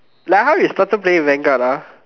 like how you started playing Vanguard ah